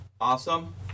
Awesome